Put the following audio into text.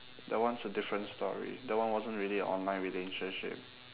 that one's a different story that one wasn't really a online relationship